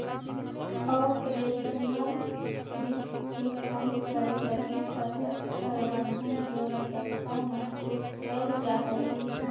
operational risk के कम करे लगी सशक्त प्रबंधन के आवश्यकता महसूस कैल जा हई